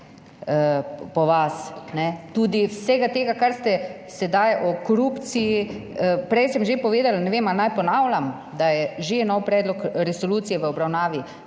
po vas, ne. Tudi vsega tega, kar ste sedaj o korupciji, prej sem že povedala, ne vem ali naj ponavljam, da je že nov predlog resolucije v obravnavi,